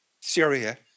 Syria